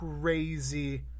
crazy